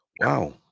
Wow